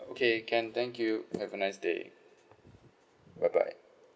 okay can thank you have a nice day bye bye